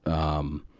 um,